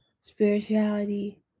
spirituality